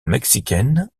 mexicaine